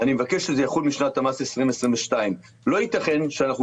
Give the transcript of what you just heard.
אני מבקש שזה יחול משנת המס 2022. לא ייתכן שאנחנו